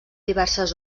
diverses